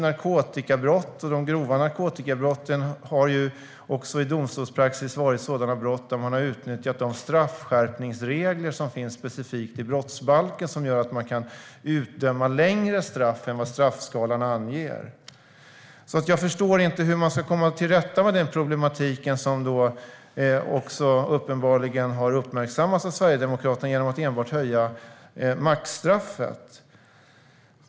Narkotikabrotten, och de grova narkotikabrotten, har i domstolspraxis varit sådana brott där man har utnyttjat de straffskärpningsregler som finns specifikt i brottsbalken och som gör att man kan utdöma längre straff än vad straffskalan anger. Jag förstår inte hur man ska komma till rätta med denna problematik, som uppenbarligen har uppmärksammats också av Sverigedemokraterna, genom att enbart höja maxstraffet.